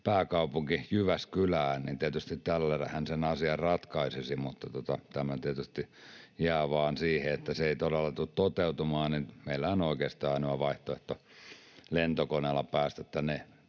pääkaupunki Jyväskylään, niin tietysti tällähän sen asian ratkaisisi, mutta tämä tietysti jää vain siihen, se ei todella tule toteutumaan. Meillähän on lentokone oikeastaan ainoa vaihtoehto päästä tänne